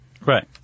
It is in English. Right